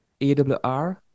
AWR